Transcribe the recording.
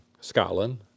Scotland